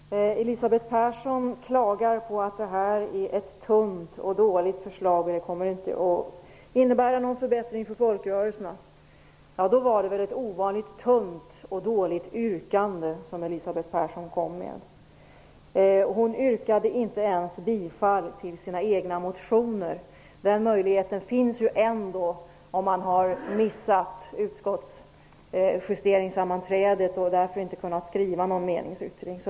Herr talman! Elisabeth Persson klagar över att det här är ett tunt och dåligt förslag och säger att det inte kommer att innebära någon förbättring för folkrörelserna. Då var det väl ett ovanligt tunt och dåligt yrkande som Elisabeth Persson ställde. Hon yrkade inte ens bifall till sina egna motioner. Den möjligheten finns ju ändå, om man har missat justeringssammanträdet i utskottet och därför inte har kunnat skriva någon meningsyttring.